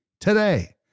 today